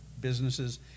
businesses